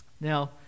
Now